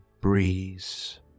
breeze